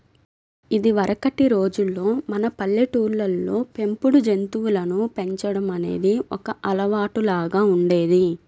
ఇదివరకటి రోజుల్లో మన పల్లెటూళ్ళల్లో పెంపుడు జంతువులను పెంచడం అనేది ఒక అలవాటులాగా ఉండేది